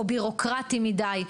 או בירוקרטי מידי,